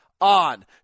on